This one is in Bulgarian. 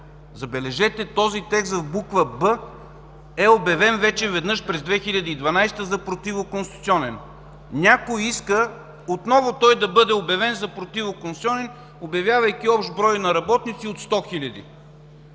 забележете, този текст в буква „б” е обявен вече веднъж през 2012 г. за противоконституционен. Някой иска той отново да бъде обявен за противоконституционен, обявявайки общ брой на работници от 100 000.